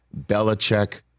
Belichick